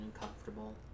uncomfortable